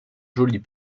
jolis